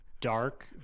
dark